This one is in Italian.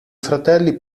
fratelli